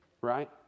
right